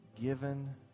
given